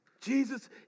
Jesus